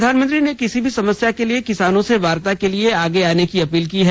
प्रधानमंत्री ने किसी भी समस्या के लिए किसानों से वार्ता के लिए आगे आने की अपील की है